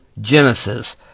Genesis